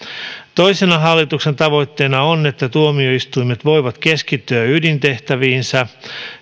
toisena tavoitteena on että tuomioistuimet voivat keskittyä ydintehtäviinsä